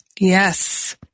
Yes